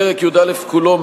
פרק י"א כולו,